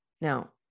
Now